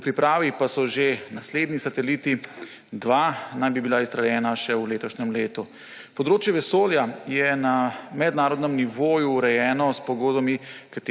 v pripravi pa so že naslednji sateliti, dva naj bi bila izstreljena še v letošnjem letu. Področje vesolja je na mednarodnem nivoju urejeno s pogodbami,